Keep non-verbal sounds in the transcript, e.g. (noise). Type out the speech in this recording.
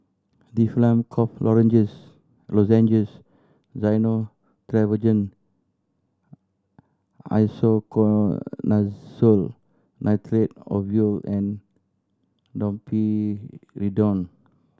Difflam Cough (unintelligible) Lozenges Gyno Travogen Isoconazole Nitrate Ovule and Domperidone